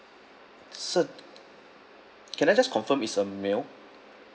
sur can I just confirm is a male